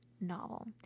Novel